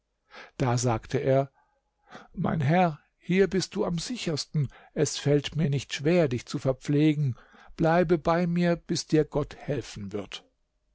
da sagte er mein herr hier bist du am sichersten und es fällt mir nicht schwer dich zu verpflegen bleibe bei mir bis dir gott helfen wird